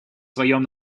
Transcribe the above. своем